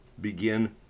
begin